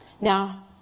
Now